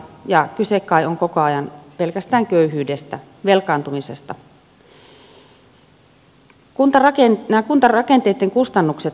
ja kyse kai on koko ajan pelkästään köyhyydestä velkaantumisesta